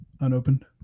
Unopened